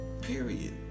Period